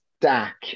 stack